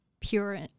pure